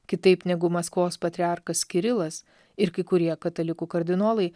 kitaip negu maskvos patriarchas kirilas ir kai kurie katalikų kardinolai